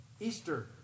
Easter